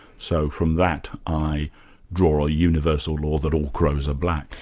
so from that i draw a universal law that all crows are black.